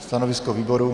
Stanovisko výboru?